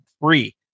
free